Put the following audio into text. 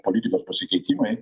politikos pasikeitimai